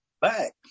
back